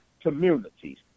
communities